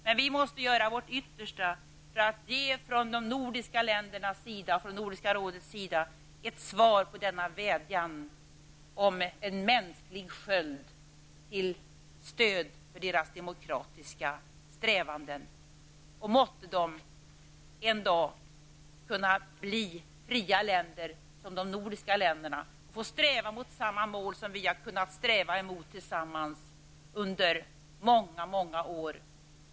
Men vi i de nordiska länderna och Nordiska rådet måste göra vårt yttersta för att svara på denna vädjan om en mänsklig sköld till stöd för deras demokratiska strävanden. Måtte de en dag kunna bli fria länder och liksom de nordiska länderna få sträva mot samma mål som vi tillsammans har kunnat sträva emot under många år!